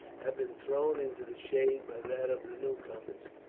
had been thrown into the shade by that of the newcomers,